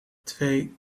twee